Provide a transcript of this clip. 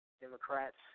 Democrats